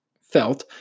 felt